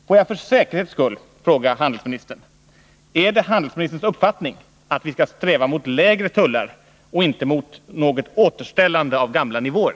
Får jag för säkerhets skull fråga handelsministern: Är det handelsministerns uppfattning att vi skall sträva mot lägre tullar och inte mot ett återställande av gamla nivåer?